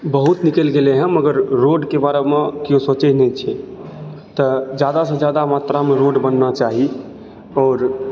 बहुत निकलि गेलै है मगर रोड के बारे मे केओ सोचे नहि छै तऽ जादा सऽ जादा मात्रा मे रोड बनना चाही आओर